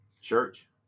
Church